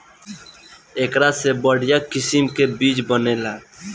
एकरा से बढ़िया किसिम के चीज बनेला